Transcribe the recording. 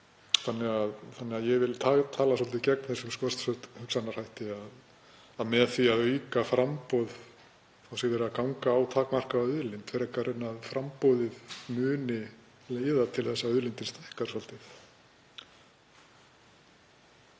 sviði. Ég vil tala svolítið gegn þessum skortshugsunarhætti, að með því að auka framboð sé verið að ganga á takmarkaða auðlind frekar en að framboðið muni leiða til þess að auðlindin stækkar svolítið.